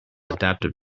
adaptive